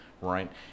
right